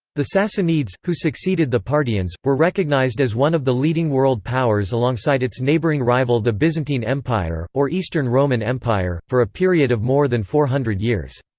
the sassanids, who succeeded the parthians, were recognized as one of the leading world powers alongside its neighboring rival the byzantine empire, or eastern roman empire, for a period of more than four hundred years.